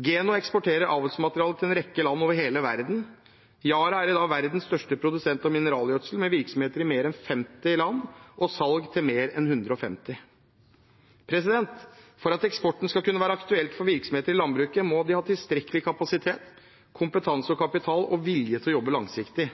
Geno eksporterer avlsmateriale til en rekke land over hele verden. Yara er i dag verdens største produsent av mineralgjødsel med virksomheter i mer enn 50 land og salg til mer enn 150 land. For at eksport skal kunne være aktuelt for virksomheter i landbruket, må en ha tilstrekkelig kapasitet, kompetanse og kapital, og vilje til å jobbe langsiktig.